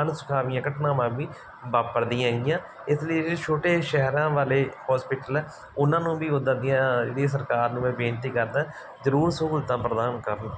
ਅਣਸਖਾਵੀਆਂ ਘਟਨਾਵਾਂ ਵੀ ਵਾਪਰਦੀਆਂ ਹੈਗੀਆਂ ਇਸ ਲਈ ਜਿਹੜੇ ਛੋਟੇ ਸ਼ਹਿਰਾਂ ਵਾਲੇ ਹੋਸਪਿਟਲ ਹੈ ਉਹਨਾਂ ਨੂੰ ਵੀ ਉੱਦਾਂ ਦੀਆਂ ਜਿਹੜੀਆਂ ਸਰਕਾਰ ਨੂੰ ਮੈਂ ਬੇਨਤੀ ਕਰਦਾ ਜ਼ਰੂਰ ਸਹੂਲਤਾਂ ਪ੍ਰਦਾਨ ਕਰਨ